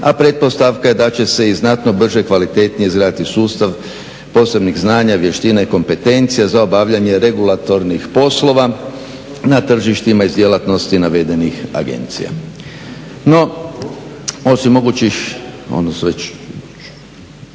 a pretpostavka je da će se i znatno brže, kvalitetnije izgraditi sustav posebnih znanja, vještina i kompetencija za obavljanje regulatornih poslova na tržištima iz djelatnosti navedenih agencija. No, osim mogućih, odnosno